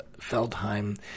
Feldheim